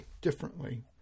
differently